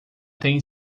tem